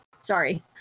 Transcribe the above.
sorry